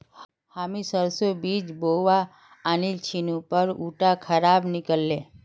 हामी सरसोर बीज बोवा आनिल छिनु पर उटा खराब निकल ले